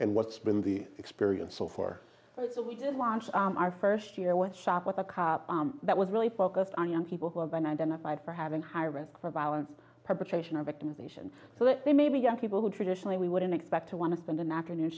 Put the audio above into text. and what's been the experience so for this launch on our first year with shop with a cop that was really focused on young people who have been identified for having higher risk for violent perpetration or victimization so that they may be young people who traditionally we wouldn't expect to want to spend an afternoon